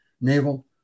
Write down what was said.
naval